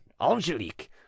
Angelique